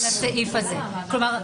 נכון.